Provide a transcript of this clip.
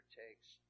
takes